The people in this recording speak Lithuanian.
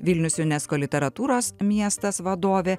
vilnius junesko literatūros miestas vadovė